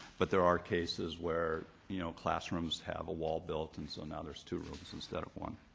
but there are cases where, you know, classrooms have a wall built and so now there's two rooms instead of one.